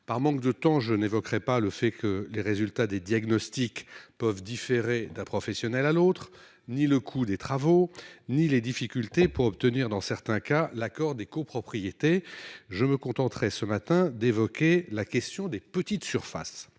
Par manque de temps, je n'insisterai pas sur le fait que les résultats des diagnostics peuvent différer d'un professionnel à l'autre, pas plus que je ne mentionnerai le coût des travaux ou les difficultés pour obtenir, dans certains cas, l'accord des copropriétés. Je me contenterai ce matin d'évoquer la question des petites surfaces.